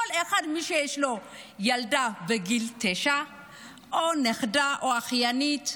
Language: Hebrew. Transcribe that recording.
כל אחד שיש לו ילדה בגיל תשע או נכדה או אחיינית,